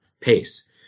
pace